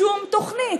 שום תוכנית.